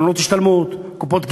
קרנות השתלמות, קופות גמל,